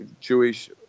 Jewish